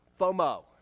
fomo